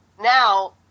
now